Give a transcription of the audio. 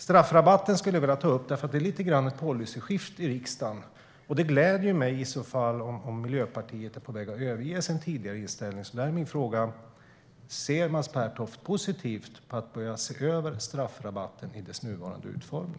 Jag skulle vilja ta upp straffrabatten, för det är lite grann ett policyskifte i riksdagen. Det gläder mig i så fall om Miljöpartiet är på väg att överge sin tidigare inställning. Där är min fråga: Ser Mats Pertoft positivt på att börja se över straffrabatten i dess nuvarande utformning?